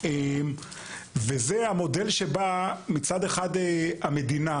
זה מודל שבו מצד אחד המדינה,